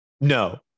No